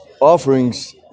offerings